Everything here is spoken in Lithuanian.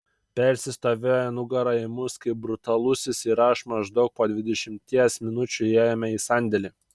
persis stovėjo nugara į mus kai brutalusis ir aš maždaug po dvidešimties minučių įėjome į sandėlį